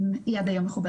הקוגניטיביים.